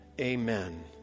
Amen